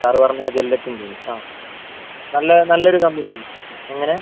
sir പറഞ്ഞ ജില്ലറ്റിൻറ്റേന് അ നല്ല നല്ലൊരു കമ്പനിയാണ് എങ്ങനെ